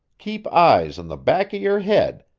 keep eyes in the back of your head,